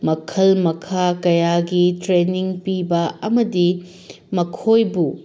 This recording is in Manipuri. ꯃꯈꯜ ꯃꯈꯥ ꯀꯌꯥꯒꯤ ꯇ꯭ꯔꯦꯟꯅꯤꯡ ꯄꯤꯕ ꯑꯃꯗꯤ ꯃꯈꯣꯏꯕꯨ